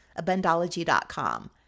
abundology.com